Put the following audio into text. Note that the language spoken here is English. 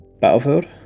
Battlefield